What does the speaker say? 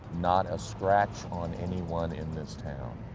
not a scratch on anyone in this town.